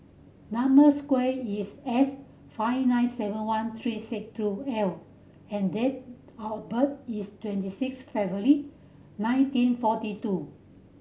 number square is S five nine seven one three six two L and date of birth is twenty six February nineteen forty two